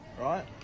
right